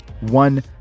one